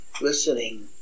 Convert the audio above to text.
Listening